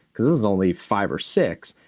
because this is only five or six,